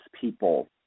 people